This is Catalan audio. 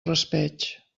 raspeig